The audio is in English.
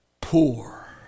poor